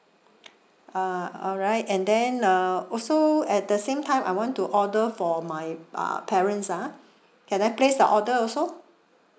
uh alright and then uh also at the same time I want to order for my uh parents ah can I place the order also